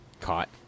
caught